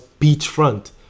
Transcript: beachfront